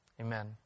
amen